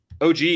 OG